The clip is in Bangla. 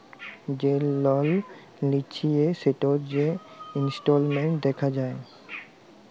যে লল লিঁয়েছে সেটর যে ইসট্যাটমেল্ট দ্যাখা যায়